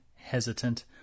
hesitant